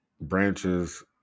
branches